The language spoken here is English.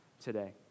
today